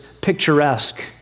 picturesque